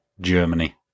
Germany